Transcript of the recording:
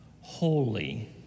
holy